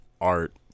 art